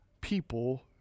people